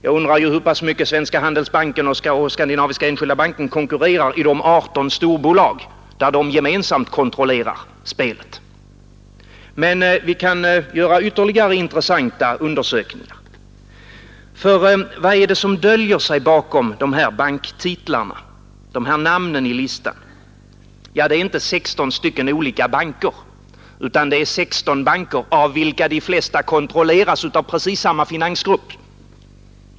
Jag undrar hur mycket Svenska handelsbanken och Skandinaviska enskilda banken konkurrerar i de 18 storbolag där de gemensamt kontrollerar spelet. Men vi kan göra ytterligare intressanta undersökningar. Vad är det som döljer sig bakom dessa namn i listan? Det är inte 16 olika banker, utan det är 16 banker av vilka de flesta kontrolleras av precis samma finansgrupp.